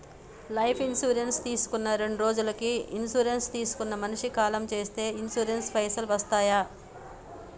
Life insurance తీసుకున్న రెండ్రోజులకి insurance తీసుకున్న మనిషి కాలం చేస్తే ఇన్సూరెన్స్ పైసల్ వస్తయా?